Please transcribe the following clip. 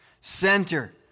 center